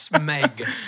Meg